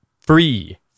free